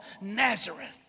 Nazareth